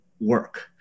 work